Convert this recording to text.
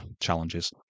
challenges